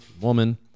Woman